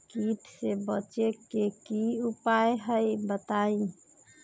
कीट से बचे के की उपाय हैं बताई?